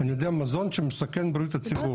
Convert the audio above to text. אני יודע מזון שמסכן את בריאות הציבור.